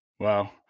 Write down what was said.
Wow